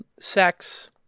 sex